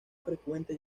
frecuente